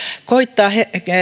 koettavat